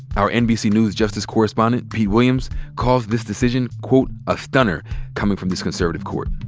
our nbc news justice correspondent pete williams calls this decision, quote, a stunner coming from this conservative court.